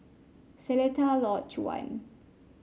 Seletar Lodge One